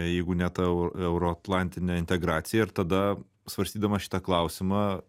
jeigu ne ta euroatlantinė integracija ir tada svarstydamas šitą klausimą